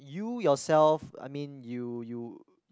you yourself I mean you you